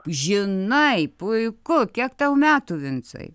žinai puiku kiek tau metų vincai